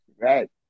Right